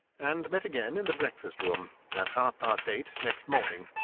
and met again in the breakfast-room at half-past eight next morning.